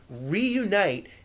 reunite